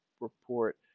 report